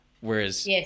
whereas